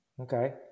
Okay